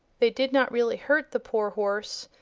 they did not really hurt the poor horse,